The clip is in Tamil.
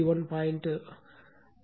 4 is ஆகும்